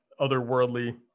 otherworldly